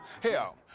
Hell